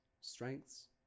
strengths